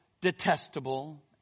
detestable